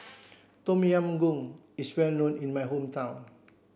Tom Yam Goong is well known in my hometown